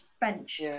bench